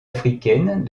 africaine